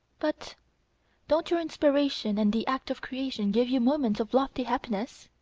but don't your inspiration and the act of creation give you moments of lofty happiness?